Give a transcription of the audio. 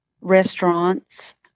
restaurants